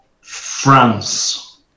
France